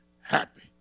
happy